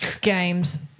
games